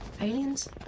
Aliens